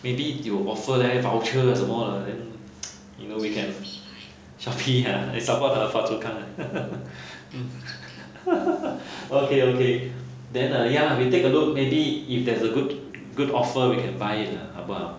maybe 有 offer leh voucher ah 什么 ah and then you know then we can Shoppee ah eh support uh phua chu kang ah okay okay then uh ya lah we take a look maybe if there is a good possible we can buy it lah 好不好